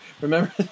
Remember